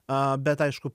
a bet aišku